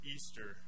Easter